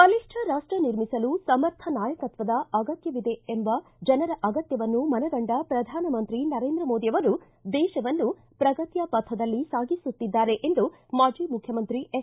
ಬಲಿಷ್ಟ ರಾಷ್ಷ ನಿರ್ಮಿಸಲು ಸಮರ್ಥ ನಾಯಕತ್ವದ ಅಗತ್ತವಿದೆ ಎಂಬ ಜನರ ಅಗತ್ತವನ್ನು ಮನಗಂಡ ಪ್ರಧಾನಮಂತ್ರಿ ನರೇಂದ್ರ ಮೋದಿ ಅವರು ದೇಶವನ್ನು ಪ್ರಗತಿಯ ಪಥದಲ್ಲಿ ಸಾಗಿಸುತ್ತಿದ್ದಾರೆ ಎಂದು ಮಾಜಿ ಮುಖ್ಯಮಂತ್ರಿ ಎಸ್